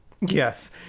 Yes